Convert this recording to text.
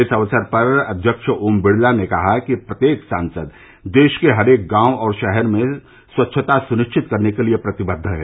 इस अवसर पर अध्यक्ष ओम बिड़ला ने कहा कि प्रत्येक सांसद देश के हरेक गांव और शहर में स्वच्छता सुनिश्चित करने के लिए प्रतिबद्ध है